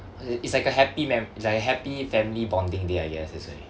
it's like a happy mem~ it's like a happy family bonding day I guess that's why